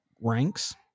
ranks